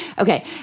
Okay